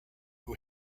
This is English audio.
who